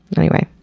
and anyway,